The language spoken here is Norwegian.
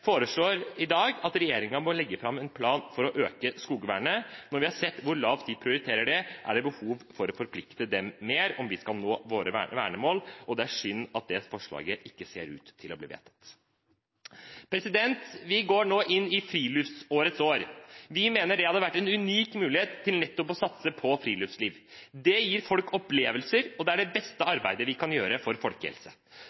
foreslår i dag at regjeringen må legge fram en plan for å øke skogvernet. Når vi har sett hvor lavt regjeringen prioriterer det, er det behov for å forplikte den mer, om vi skal nå våre vernemål. Det er synd at det forslaget ikke ser ut til å bli vedtatt. Vi går nå inn i Friluftlivets år. Vi mener det hadde vært en unik mulighet til nettopp å satse på friluftsliv. Det gir folk opplevelser, og det er det beste